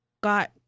got